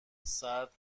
سرد